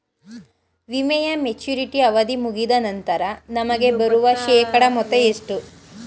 ವಿಮೆಯ ಮೆಚುರಿಟಿ ಅವಧಿ ಮುಗಿದ ನಂತರ ನಮಗೆ ಬರುವ ಶೇಕಡಾ ಮೊತ್ತ ಎಷ್ಟು?